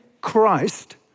Christ